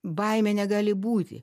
baimė negali būti